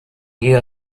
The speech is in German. ihr